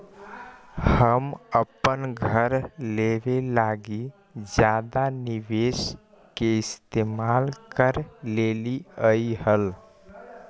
हम अपन घर लेबे लागी जादे निवेश के इस्तेमाल कर लेलीअई हल